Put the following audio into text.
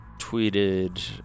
tweeted